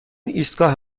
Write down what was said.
ایستگاه